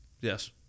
yes